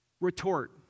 retort